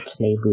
Playbook